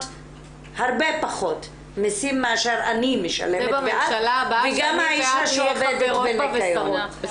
הרבה פחות מסים מאשר אני משלמת ואת וגם האשה שעובדת בנקיון.